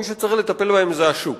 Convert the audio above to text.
מי שצריך לטפל בהן זה השוק.